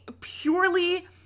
purely